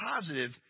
positive